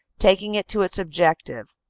taking it to its objective.